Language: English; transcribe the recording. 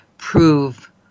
Prove